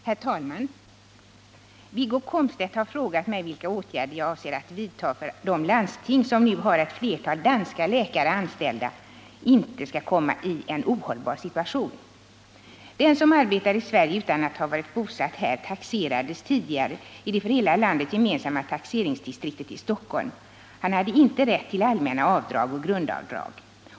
Herr talman! Wiggo Komstedt har frågat mig vilka åtgärder jag avser att vidta för att de landsting som nu har ett flertal danska läkare anställda inte skall komma i en ohållbar situation. Den som arbetar i Sverige utan att vara bosatt här taxerades tidigare i det för hela landet gemensamma taxeringsdistriktet i Stockholm. Han hade inte rätt till allmänna avdrag och grundavdrag.